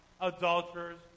adulterers